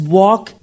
walk